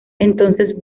entonces